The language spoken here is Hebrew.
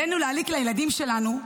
עלינו להעניק לילדים שלנו,